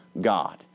God